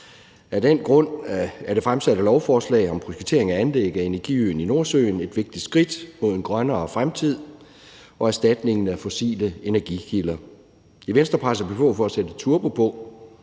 Af den grund er det fremsatte lovforslag om projektering af anlæg af energiøen i Nordsøen et vigtigt skridt mod en grønnere fremtid og erstatning af fossile energikilder. I Venstre presser vi på for at sætte turbo på,